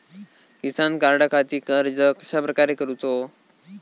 किसान कार्डखाती अर्ज कश्याप्रकारे करूचो?